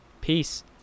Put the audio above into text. peace